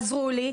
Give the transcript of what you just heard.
עזרו לי.